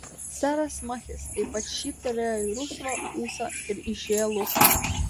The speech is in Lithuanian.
seras machis taip pat šyptelėjo į rusvą ūsą ir išėjo laukan